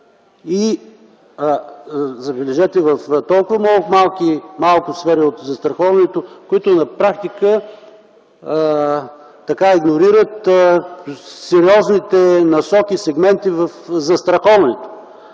това е в толкова малко сфери от застраховането, че на практика те игнорират сериозните насоки и сегменти от застраховането.